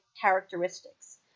characteristics